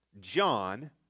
John